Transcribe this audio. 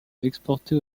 exportés